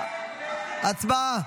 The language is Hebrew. הצבעה.